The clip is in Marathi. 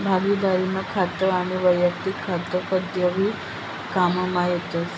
भागिदारीनं खातं आनी वैयक्तिक खातं कदय भी काममा येतस